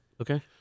Okay